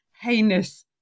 heinous